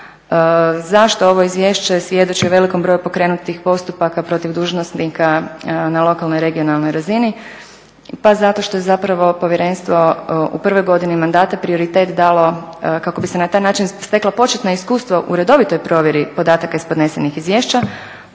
Zašto ovo izvješće svjedoči velikom broju pokrenutih postupaka protiv dužnosnika na lokalnoj, regionalnoj razini? Pa zato što je zapravo Povjerenstvo u prvoj godini mandata prioritet dalo kako bi se na taj način steklo početno iskustvo u redovitoj provjeri podataka iz podnesenih izvješća